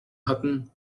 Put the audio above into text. hatten